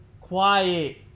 quiet